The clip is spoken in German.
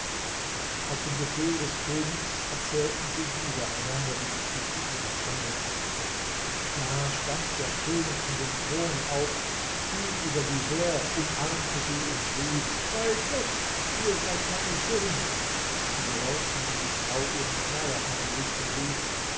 auf den befehl des königs erzählten sie wieder einander die geschichte ihrer trennung da stand der könig von dem thron auf fiel über sie her umarmte sie und schrie bei gott ihr seid meine söhne hierauf nahm die frau ihren schleier vom gesicht und rief